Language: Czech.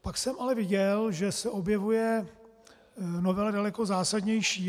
Pak jsem ale viděl, že se objevuje novela daleko zásadnější.